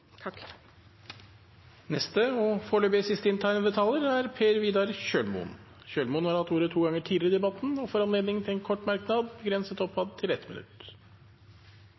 Per Vidar Kjølmoen har hatt ordet to ganger tidligere og får ordet til en kort merknad, begrenset til 1 minutt.